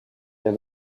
der